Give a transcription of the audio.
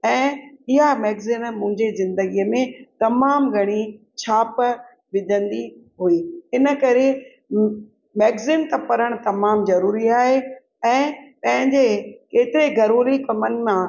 ऐं इहा मैगज़िन मुंहिंजे जिंदगीअ में तमामु घणी छाप विझंदी हुई इन करे अ मैगज़िन पढ़ण तमामु जरूरी आहे ऐं पंहिंजे केतिरे जरूरी कमु मां